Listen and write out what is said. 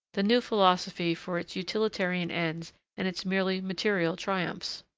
the new philosophy for its utilitarian ends and its merely material triumphs?